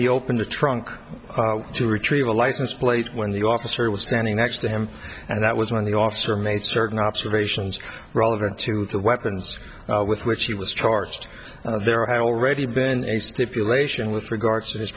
he opened the trunk to retrieve a license plate when the officer was standing next to him and that was when the officer made certain observations relevant to the weapons with which he was charged and there had already been a stipulation with regards to his